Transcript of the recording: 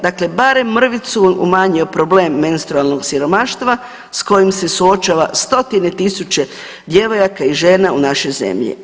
Dakle, barem mrvicu umanjio problem menstrualnog siromaštva s kojim se suočava stotine tisuća djevojaka i žena u našoj zemlji.